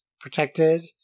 protected